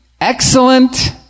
excellent